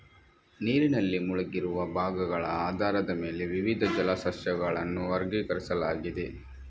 ನೀರಿನಲ್ಲಿ ಮುಳುಗಿರುವ ಭಾಗಗಳ ಆಧಾರದ ಮೇಲೆ ವಿವಿಧ ಜಲ ಸಸ್ಯಗಳನ್ನು ವರ್ಗೀಕರಿಸಲಾಗಿದೆ